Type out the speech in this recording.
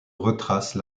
retrace